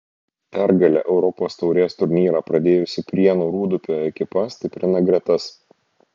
pergale europos taurės turnyrą pradėjusi prienų rūdupio ekipa stiprina gretas